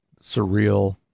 surreal